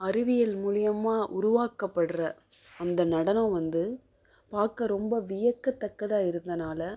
அறிவியல் மூலியமாக உருவாக்கப்படுற அந்த நடனம் வந்து பார்க்க ரொம்ப வியக்கத்தக்கதாக இருந்தனால